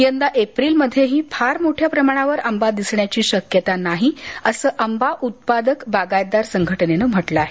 यंदा एप्रिलमध्येही फार मोठ्या प्रमाणावर आंबा दिसण्याची शक्यता नसल्याचं आंबा उत्पादक बागायतदार संघटनेनं म्हटलं आहे